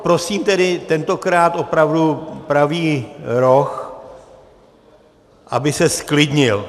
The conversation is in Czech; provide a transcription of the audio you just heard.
Prosím tedy tentokrát opravdu pravý roh, aby se zklidnil.